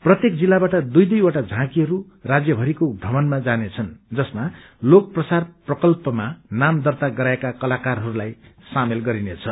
प्रत्येक जिल्लाहस्वाट दुइ दुइवटा झाँकीहरू राज्यभरिको प्रमणमा जानेछन् जसमा लोक प्रसार प्रकल्पमा नाम दर्ता गराएका कलाकारहरूलाई सामेल गरिनेछ